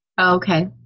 Okay